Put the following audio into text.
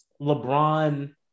LeBron